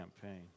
campaign